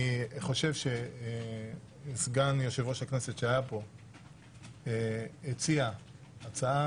אני חושב שסגן יושב-ראש הכנסת שהיה פה הציע הצעה,